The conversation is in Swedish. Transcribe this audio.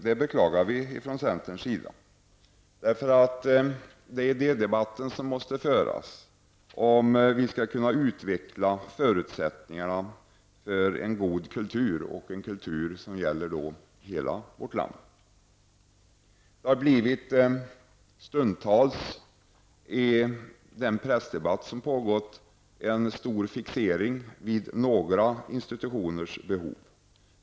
Det beklagar vi från centerns sida. En idédebatt måste föras om vi skall kunna utveckla förutsättningarna för en god kultur som gäller hela vårt land. I den pressdebatt som har pågått har det stundtals blivit en stor fixering vid några institutioners behov.